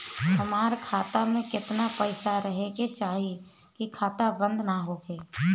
हमार खाता मे केतना पैसा रहे के चाहीं की खाता बंद ना होखे?